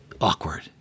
awkward